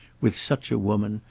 with such a woman,